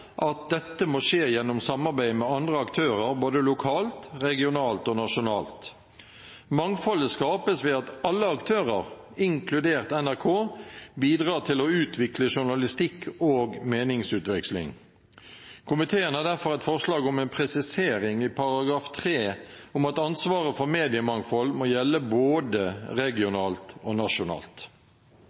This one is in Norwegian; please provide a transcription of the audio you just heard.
at dette må skje gjennom samarbeid med andre aktører, både lokalt, regionalt og nasjonalt. Mangfoldet skapes ved at alle aktører, inkludert NRK, bidrar til å utvikle journalistikk og meningsutveksling. Komiteen har derfor et forslag om en presisering i § 3 om at ansvaret for mediemangfold må gjelde både regionalt og nasjonalt.